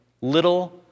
little